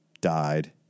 died